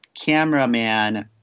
cameraman